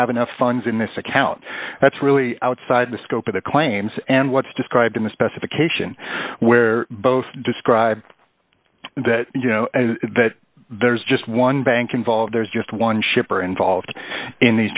have enough funds in this account that's really outside the scope of the claims and what's described in the specification where both describe that you know that there's just one bank involved there's just one shipper involved in these